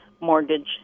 mortgage